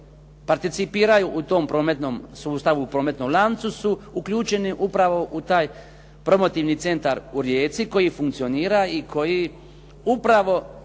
koji participiraju u tom prometnom sustavu, prometnom lancu su uključeni upravo u taj promotivni centar u Rijeci koji funkcionira i koji upravo